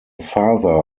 father